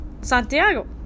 Santiago